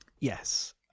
yes